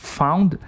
found